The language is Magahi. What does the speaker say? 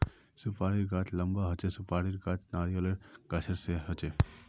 सुपारीर गाछ लंबा होचे, सुपारीर गाछ नारियालेर गाछेर सा होचे